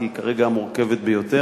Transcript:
כי היא כרגע מורכבת ביותר.